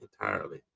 entirely